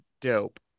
dope